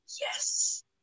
yes